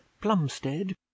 plumstead